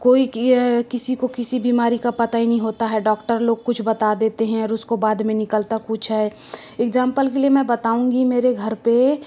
कोई कि किसी को किसी बीमारी का पता ही नहीं होता डॉक्टर लोग कुछ बता देते हैं और उसको बाद में है और उसको बाद में निकलता कुछ है इग्ज़ामपल के लिए मैं बताऊँगी मेरे घर पर